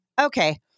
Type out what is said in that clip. okay